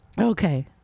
Okay